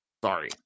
Sorry